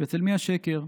ואצל מי השקר.